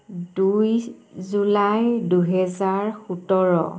দুই জুলাই দুহেজাৰ সোতৰ